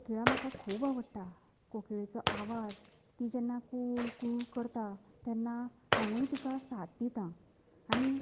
कोकिळा म्हाका खूब आवडटा कोकिळेचो आवाज ती जेन्ना कू कू करता तेन्ना हांवूय तिका साद दिता आनी